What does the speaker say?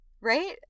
right